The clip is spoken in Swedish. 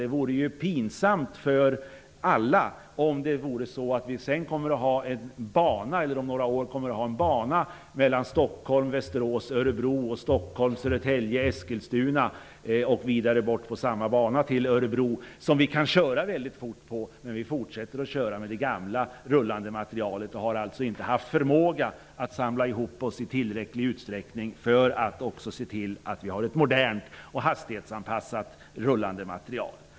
Det vore ju pinsamt för alla om vi om några år kommer att ha en bana på sträckorna Stockholm--Västerås--Örebro och Stockholm--Södertälje--Eskilstuna och vidare bort till Örebro, en bana som vi kan köra väldigt fort på, men att vi fortsätter att köra med det gamla rullande materielet, därför att vi inte haft förmåga att i tillräcklig utsträckning samla ihop oss för att se till att också ha ett modernt och hastighetsanpassat rullande materiel.